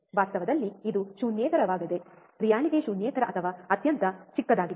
ವಾಸ್ತವದಲ್ಲಿ ಇದು ಶೂನ್ಯೇತರವಾಗಿದೆ ರಿಯಾಲಿಟಿ ಶೂನ್ಯೇತರ ಅಥವಾ ಅತ್ಯಂತ ಚಿಕ್ಕದಾಗಿದೆ